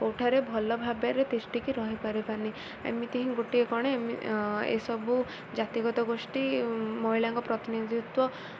କେଉଁଠାରେ ଭଲ ଭାବରେ ତିଷ୍ଠିକି ରହିପାରିବାନି ଏମିତି ହିଁ ଗୋଟିଏ କ'ଣ ଏସବୁ ଜାତିଗତ ଗୋଷ୍ଠୀ ମହିଳାଙ୍କ ପ୍ରତିନିଧିତ୍ୱ